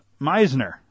Meisner